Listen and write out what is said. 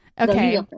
okay